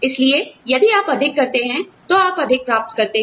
इसलिए यदि आप अधिक करते हैं तो आप अधिक प्राप्त करते हैं